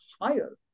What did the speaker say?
higher